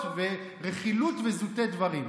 רכילות וזוטי דברים.